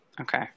Okay